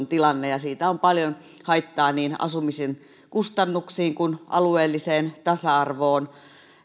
tilanne ja siitä on paljon haittaa niin asumisen kustannuksiin kuin alueelliseen tasa arvoon